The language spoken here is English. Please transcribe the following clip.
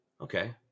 Okay